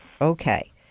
Okay